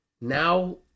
Now